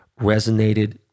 resonated